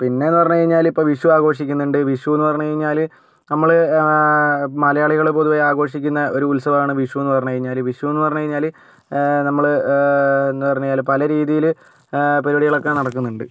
പിന്നെ പറഞ്ഞു കഴിഞ്ഞാല് ഇപ്പോൾ വിഷു ആഘോഷിക്കുന്നുണ്ട് വിഷു എന്ന് പറഞ്ഞു കഴിഞ്ഞാല് നമ്മള് മലയാളികൾ പൊതുവെ ആഘോഷിക്കുന്ന ഒരു ഉത്സവമാണ് വിഷു എന്ന് പറഞ്ഞു കഴിഞ്ഞാല് വിഷു എന്ന് പറഞ്ഞു കഴിഞ്ഞാല് നമ്മള് എന്ത് പറഞ്ഞാല് പല രീതിയിൽ പരിപാടികളൊക്കെ നടക്കുന്നുണ്ട്